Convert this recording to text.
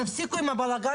תפסיקו עם הבלגן הזה.